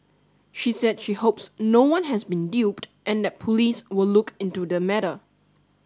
she said she hopes no one has been duped and that police will look into the matter